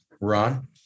Ron